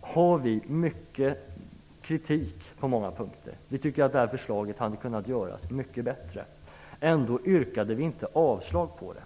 alltså kritik på många punkter och tycker att förslaget hade kunnat göras mycket bättre. Ändå har vi inte yrkat avslag på det.